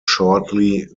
shortly